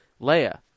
Leia